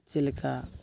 ᱪᱮᱫ ᱞᱮᱠᱟ